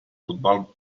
futbol